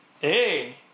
hey